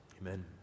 Amen